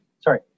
sorry